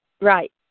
Right